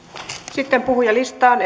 sitten puhujalistaan